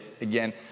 again